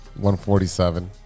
147